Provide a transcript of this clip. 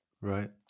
right